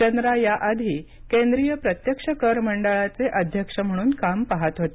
चंद्रा या आधी केंद्रिय प्रत्यक्ष कर मंडळाचे अध्यक्ष म्हणून काम पहात होते